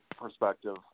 perspective